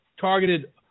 targeted